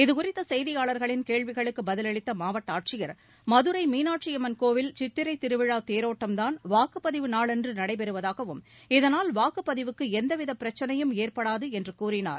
இதுகுறித்த செய்தியாளர்களின் கேள்விகளுக்கு பதிலளித்த மாவட்ட ஆட்சியர் மதுரை மீனாட்சியம்மன் கோவில் சித்திரை திருவிழா தேரோட்டம் தான் வாக்குப்பதிவு நாளன்று நடைபெறுவதாகவும் இதனால் வாக்குப்பதிவுக்கு எந்தவிதப் பிரச்னையும் ஏற்படாது என்றும் கூறினார்